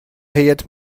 هیات